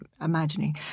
imagining